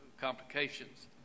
complications